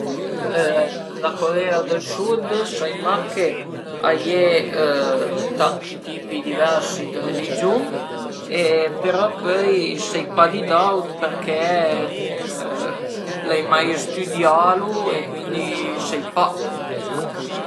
A mi me compleanno a m'pias festegelu andand ënt ün lucal a mangé 'na pizza cun parent e amis, pöi apres mangé la turta e pöi dövri tüi regal ënsema